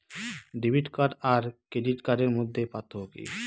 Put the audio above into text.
Debit card আর credit কার্ডের মধ্যে পার্থক্য কি?